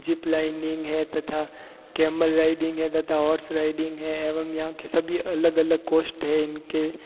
jeep lining है तथा camel riding है तथा हॉर्स राइडिंग है एवम यहाँ के सभी अलग अलग कॉस्ट है इनके